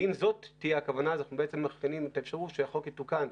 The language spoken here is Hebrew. ואם זאת תהיה הכוונה אז אנחנו בעצם מפעילים את האפשרות שהחוק יתוקן,